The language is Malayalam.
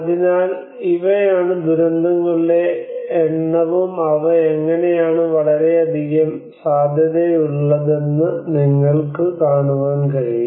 അതിനാൽ ഇവയാണ് ദുരന്തങ്ങളുടെ എണ്ണവും അവ എങ്ങനെയാണ് വളരെയധികം സാധ്യതയുള്ളതെന്ന് നിങ്ങൾക്ക് കാണാൻ കഴിയും